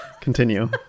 Continue